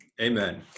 Amen